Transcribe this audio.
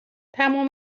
تمام